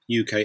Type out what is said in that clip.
UK